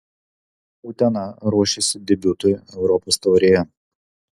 utena ruošiasi debiutui europos taurėje